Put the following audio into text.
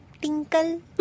Tinkle